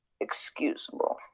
excusable